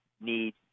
need